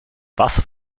wasser